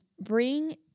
Bring